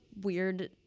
weird